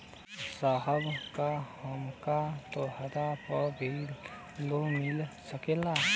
साहब का हमके त्योहार पर भी लों मिल सकेला?